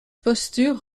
posture